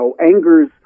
angers